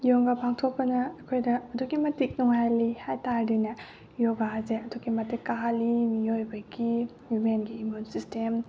ꯌꯣꯒꯥ ꯄꯥꯡꯊꯣꯛꯄꯅ ꯑꯩꯈꯣꯏꯗ ꯑꯗꯨꯛꯀꯤ ꯃꯇꯤꯛ ꯅꯨꯡꯉꯥꯏꯍꯜꯂꯤ ꯍꯥꯏ ꯇꯥꯔꯗꯤꯅꯦ ꯌꯣꯒꯥꯁꯦ ꯑꯗꯨꯛꯀꯤ ꯃꯇꯤꯛ ꯀꯥꯟꯅꯍꯜꯂꯤ ꯃꯤꯑꯣꯏꯕꯒꯤ ꯍ꯭ꯌꯨꯃꯦꯟꯒꯤ ꯏꯃ꯭ꯌꯨꯟ ꯁꯤꯁꯇꯦꯝ